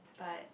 but